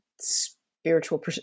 spiritual